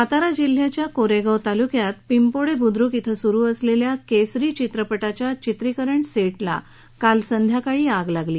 सातारा जिल्ह्याच्या कोरेगाव तालुक्यात पिंपोडे बुद्रुक अं सुरू असलेल्या केसरी चित्रपटाच्या चित्रिकरण सेटला काल संध्याकाळी आग लागली